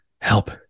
help